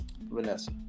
Vanessa